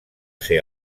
ser